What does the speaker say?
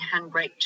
handbrake